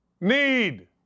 need